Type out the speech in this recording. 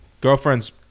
girlfriend's